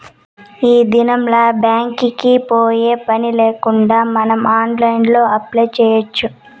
ఈ దినంల్ల బ్యాంక్ కి పోయే పనిలేకుండా మనం ఆన్లైన్లో అప్లై చేయచ్చు